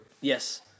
Yes